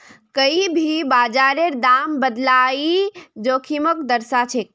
कोई भी बाजारेर दामत बदलाव ई जोखिमक दर्शाछेक